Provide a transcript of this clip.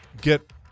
get